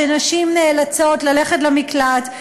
שנשים נאלצות ללכת למקלט,